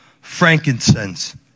frankincense